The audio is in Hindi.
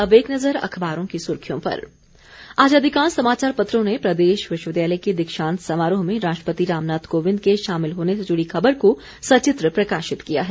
अब एक नजर अखबारों की सुर्खियों पर आज अधिकांश समाचार पत्रों ने प्रदेश विश्वविद्यालय के दीक्षांत समारोह में राष्ट्रपति रामनाथ कोविंद के शामिल होने से जुड़ी खबर को सचित्र प्रकाशित किया है